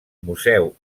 museu